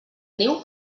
niu